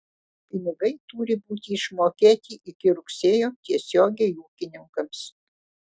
pinigai turi būti išmokėti iki rugsėjo tiesiogiai ūkininkams